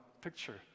picture